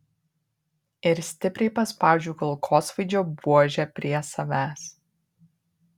ir stipriai paspaudžiu kulkosvaidžio buožę prie savęs